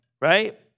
right